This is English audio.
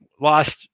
lost